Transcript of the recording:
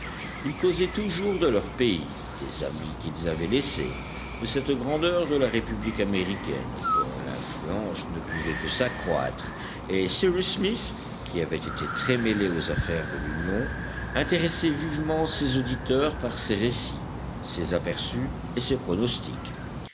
ils causaient toujours de leur pays des amis qu'ils avaient laissés de cette grandeur de la république américaine dont l'influence ne pouvait que s'accroître et cyrus smith qui avait été très mêlé aux affaires de l'union intéressait vivement ses auditeurs par ses récits ses aperçus et ses pronostics